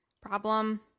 problem